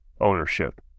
ownership